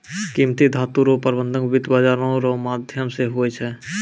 कीमती धातू रो प्रबन्ध वित्त बाजारो रो माध्यम से हुवै छै